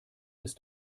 ist